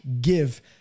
give